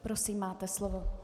Prosím, máte slovo.